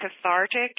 cathartic